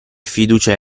fiducia